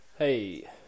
Hey